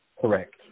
Correct